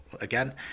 again